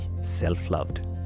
self-loved